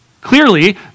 Clearly